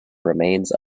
remains